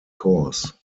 course